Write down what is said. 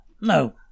No